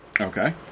Okay